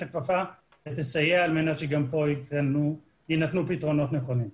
הכפפה ותסייע על מנת שגם פה יינתנו פתרונות נכונים.